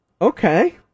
okay